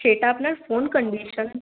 সেটা আপনার phone condition